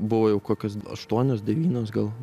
buvo jau kokios aštuonios devynios gal